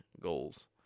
goals